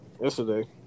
yesterday